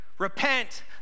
Repent